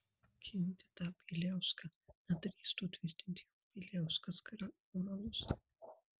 ginti tą bieliauską na drįstų tvirtinti jog bieliauskas moralus